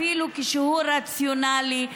אפילו כשהוא רציונלי,